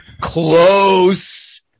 Close